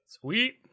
Sweet